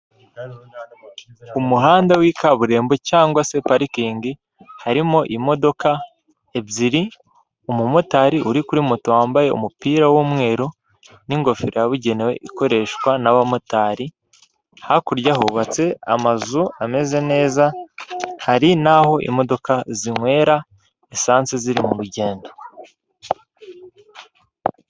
Umuhanda w'ikaburimbo cyangwa se parikingi harimo imodoka ebyiri, umumotari uri kuri moto wambaye umupira w'umweru n'ingofero yabugenewe ikoreshwa n'abamotari, hakurya hubatse amazu ameze neza, hari n'aho imodoka zinywera esansi ziri mu rugendo.